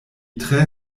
tre